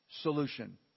solution